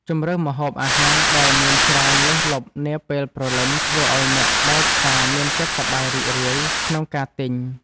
ជម្រើសម្ហូបអាហារដែលមានច្រើនលើសលប់នាពេលព្រលឹមធ្វើឱ្យអ្នកដើរផ្សារមានចិត្តសប្បាយរីករាយក្នុងការទិញ។